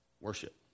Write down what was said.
Worship